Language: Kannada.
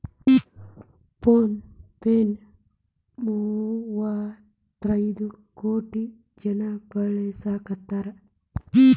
ಫೋನ್ ಪೆ ನ ಮುವ್ವತೈದ್ ಕೋಟಿ ಜನ ಬಳಸಾಕತಾರ